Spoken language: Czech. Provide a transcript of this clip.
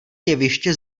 jeviště